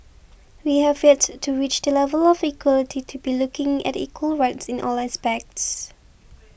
we have yet to reach the level of equality to be looking at equal rights in all aspects